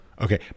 Okay